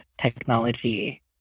technology